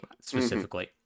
specifically